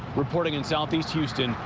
reporting in southeast houston,